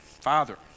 Father